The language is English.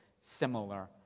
similar